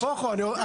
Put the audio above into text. נהפוך הוא,